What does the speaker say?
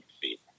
feet